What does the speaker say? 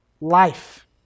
Life